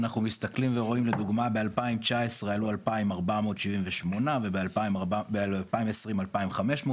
אנחנו מסתכלים ורואים לדוגמא ב-2019 עלו 2,478 וב-2020 עלו 2,500,